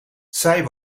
zij